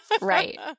Right